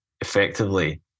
effectively